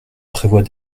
prévoit